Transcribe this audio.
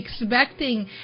expecting